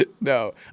No